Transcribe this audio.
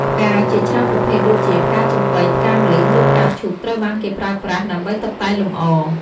ផ្កាជាច្រើនប្រភេទដូចជា ផ្កាចំប៉ី ផ្កាម្លិះ ឬផ្កាឈូក ត្រូវបានគេប្រើប្រាស់ ដើម្បីតុបតែងលម្អ។